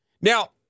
Now